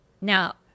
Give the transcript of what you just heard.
Now